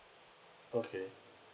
okay